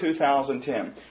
2010